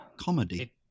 Comedy